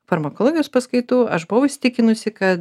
farmakologijos paskaitų aš buvau įsitikinusi kad